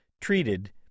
treated